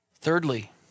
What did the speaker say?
Thirdly